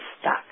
stuck